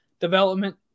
development